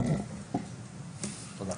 תודה.